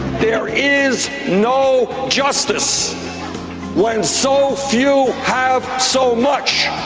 there is no justice when so few have so much,